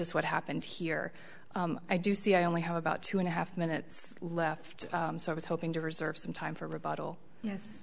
is what happened here i do see i only have about two and a half minutes left so i was hoping to reserve some time for rebuttal yes